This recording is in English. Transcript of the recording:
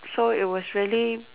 so it was really